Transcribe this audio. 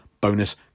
bonus